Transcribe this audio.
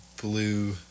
blue